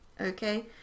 Okay